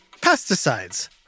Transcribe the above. Pesticides